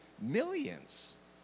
millions